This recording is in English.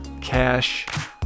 cash